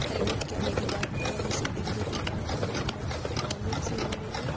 hello کیا میری بات Swiggy delivery partner Mohammad Aamir سے ہو رہی ہے